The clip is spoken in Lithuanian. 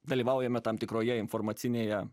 dalyvaujame tam tikroje informacinėje